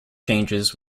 changes